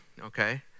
okay